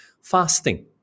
fasting